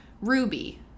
Ruby